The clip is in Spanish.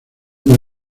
con